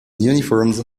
uniforms